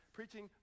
preaching